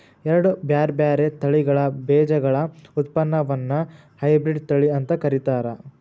ಎರಡ್ ಬ್ಯಾರ್ಬ್ಯಾರೇ ತಳಿಗಳ ಬೇಜಗಳ ಉತ್ಪನ್ನವನ್ನ ಹೈಬ್ರಿಡ್ ತಳಿ ಅಂತ ಕರೇತಾರ